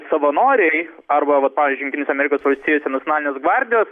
savanoriai arba vat pavyzdžiui jungtinėse amerikos valstijose nacionalinės gvardijos